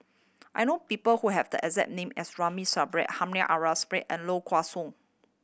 I know people who have the exact name as Ramli Sarip Hamed and Low Kway Song